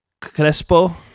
Crespo